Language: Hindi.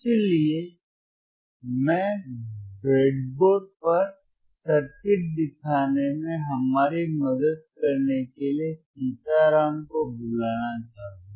इसलिए मैं ब्रेडबोर्ड पर सर्किट दिखाने में हमारी मदद करने के लिए सीताराम को बुलाना चाहूंगा